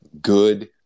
Good